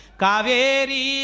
kaveri